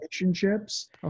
relationships